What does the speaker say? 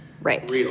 right